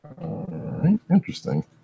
Interesting